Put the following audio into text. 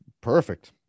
Perfect